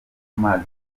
amazi